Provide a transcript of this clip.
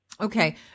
okay